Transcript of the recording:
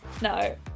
no